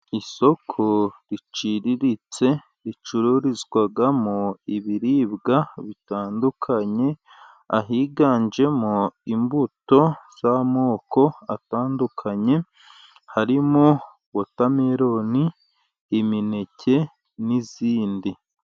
Isoko riciriritse ricururizwamo ibiribwa bitandukanye, ahiganjemo imbuto z'amoko atandukanye: harimo wotameroni, imineke n'izindi.